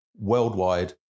worldwide